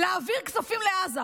להעביר כספים לעזה